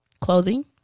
Clothing